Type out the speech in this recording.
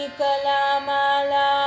kalamala